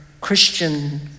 Christian